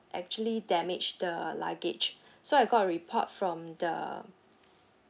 actually damaged the luggage so I got a report from the